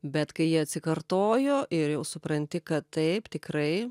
bet kai jie atsikartojo ir jau supranti kad taip tikrai